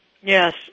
Yes